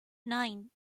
nine